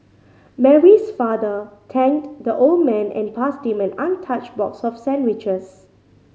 Mary's father thanked the old man and passed him an untouched box of sandwiches